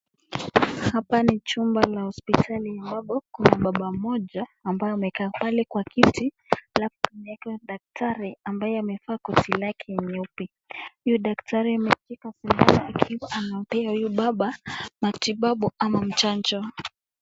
Hapa ni chumba la hospitali amabapo Kuna mbaba amekaa pale kwa kiti alafu Kuna yule daktari ambaye amefaa koti lake nyeupe huyo daktari amempea huyo mbaba matibabu ama mjanjo.